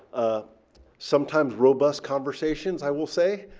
sometimes robust conversations, i will say.